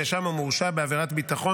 נאשם או מורשע בעבירת ביטחון,